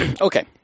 Okay